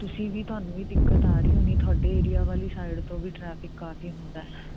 ਤੁਸੀਂ ਵੀ ਤੁਹਾਨੂੰ ਵੀ ਦਿੱਕਤ ਆ ਰਹੀ ਹੋਣੀ ਤੁਹਾਡੇ ਏਰੀਆ ਵਾਲੀ ਸਾਈਡ ਤੋਂ ਵੀ ਟਰੈਫਿਕ ਕਾਫੀ ਹੁੰਦਾ